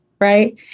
right